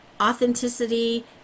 authenticity